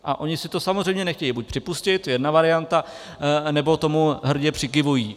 A oni si to samozřejmě nechtějí buď připustit, to je jedna varianta, nebo tomu hrdě přikyvují.